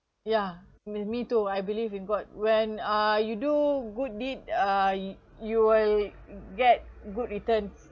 yeah me me too I believe in god when uh you do good deed uh you will get good returns